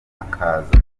hakaza